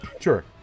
Sure